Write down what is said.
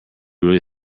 really